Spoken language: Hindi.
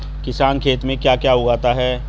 किसान खेत में क्या क्या उगाता है?